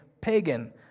pagan